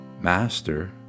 Master